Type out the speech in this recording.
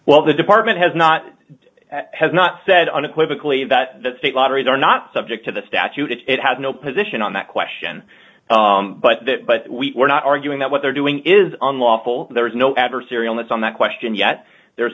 well the department has not has not said unequivocally that the state lotteries are not subject to the statute it has no position on that question but that but we were not arguing that what they're doing is unlawful there is no adversary on this on that question yet there